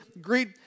greet